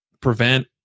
prevent